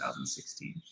2016